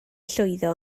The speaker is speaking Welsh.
llwyddo